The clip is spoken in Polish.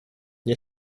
nie